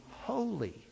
holy